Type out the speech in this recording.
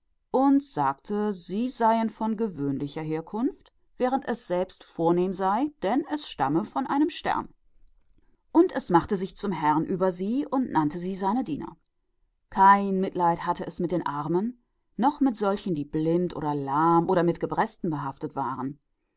und sagte sie seien von niederer herkunft während es edel geboren sei denn es stamme von einem stern ab und es machte sich zum herrn über sie und nannte sie seine diener kein mitleid hatte es mit den armen oder für die die blind waren